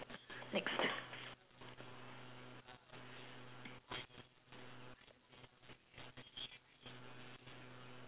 next